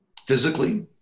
physically